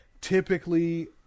Typically